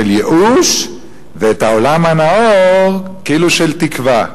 ייאוש ואת העולם הנאור כאילו של תקווה.